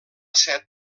set